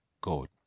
God